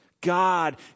God